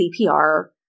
CPR